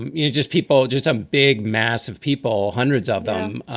you just people just a big mass of people, hundreds of them,